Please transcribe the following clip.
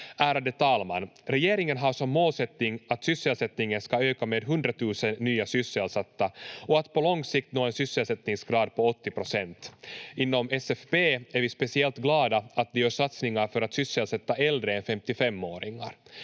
Ärade talman! Regeringen har som målsättning att sysselsättningen ska öka med 100 000 nya sysselsatta och att på lång sikt nå en sysselsättningsgrad på 80 procent. Inom SFP är vi speciellt glada att det görs satsningar för att sysselsätta äldre än 55-åringar.